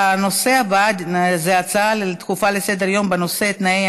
הנושא הבא הוא הצעות דחופות לסדר-היום בנושא: תנאי